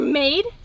made